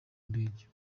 ndege